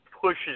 Pushes